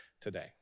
today